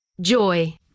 Joy